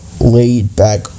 laid-back